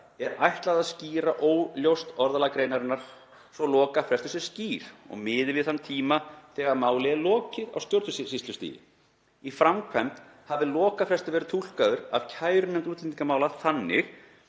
sé ætlað að skýra óljóst orðalag greinarinnar svo lokafrestur sé skýr og miði við þann tíma þegar máli er lokið á stjórnsýslustigi. Í framkvæmd hafi lokafrestur verið túlkaður af kærunefnd útlendingamála þannig